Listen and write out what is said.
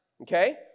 okay